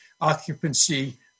occupancy